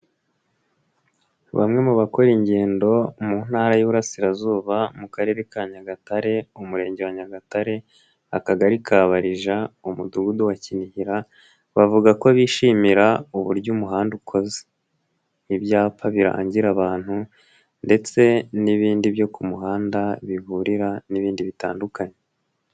Bamwe mu bakora ingendo mu Ntara y'Iburasirazuba, mu Karere ka Kyagatare, Umurenge wa Nyagatare, Akagari ka Barija, Umudugudu wa Kinihira, bavuga ko bishimira uburyo umuhanda ukoze. Ibyapa birangira abantu ndetse n'ibindi byo ku muhanda, biburira n'ibindi bitandukanye